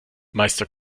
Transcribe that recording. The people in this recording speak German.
meister